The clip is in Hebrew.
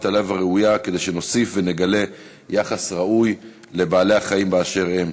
הלב הראויה כדי שנוסיף ונגלה יחס ראוי לבעלי-החיים באשר הם.